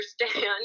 understand